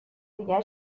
دیگر